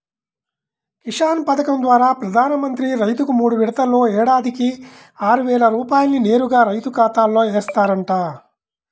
కిసాన్ పథకం ద్వారా ప్రధాన మంత్రి రైతుకు మూడు విడతల్లో ఏడాదికి ఆరువేల రూపాయల్ని నేరుగా రైతు ఖాతాలో ఏస్తారంట